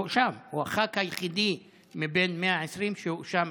הוא חבר הכנסת היחידי מבין 120 שהואשם